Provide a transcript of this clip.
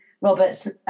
Roberts